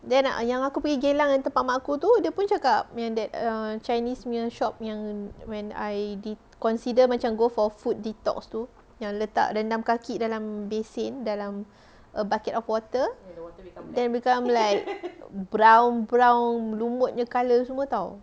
then yang aku pergi geylang tempat mak aku tu dia pun cakap that err chinese punya shop yang when I de~ consider macam go for foot detox tu letak rendam kaki dalam basin dalam a bucket of water then become like brown brown lumutnya colour semua [tau]